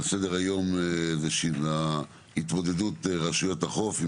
על סדר היום התמודדות רשויות החוף עם